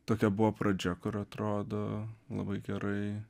tokia buvo pradžia kur atrodo labai gerai